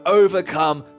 overcome